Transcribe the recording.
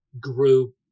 grew